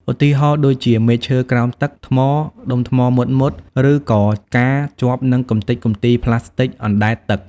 ឧទាហរណ៍ដូចជា មែកឈើក្រោមទឹក ថ្ម ដុំថ្មមុតៗ ឬក៏ការជាប់នឹងកំទេចកំទីប្លាស្ទិកអណ្តែតទឹក។